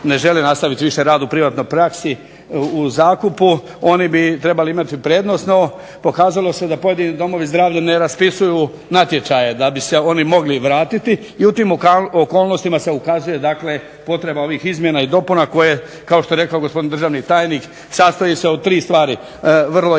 ne žele nastaviti više rad u privatnoj praksi u zakupu, oni bi trebali imati prednost no pokazalo se da pojedini domovi zdravlja ne raspisuju natječaje da bi se oni mogli vratiti i u tim okolnostima se ukazuje potreba ovih izmjena i dopuna koje kao što je rekao gospodin državni tajnik sastoji se od tri stvari, vrlo je